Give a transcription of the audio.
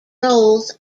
roles